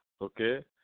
Okay